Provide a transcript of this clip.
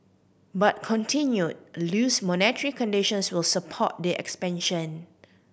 but continued loose monetary conditions will support the expansion